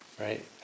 right